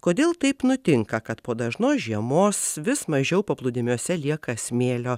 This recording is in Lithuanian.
kodėl taip nutinka kad po dažnos žiemos vis mažiau paplūdimiuose lieka smėlio